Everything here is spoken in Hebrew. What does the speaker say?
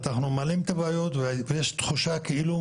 אנחנו מעלים את הבעיות ויש תחושה כאילו